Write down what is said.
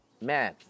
man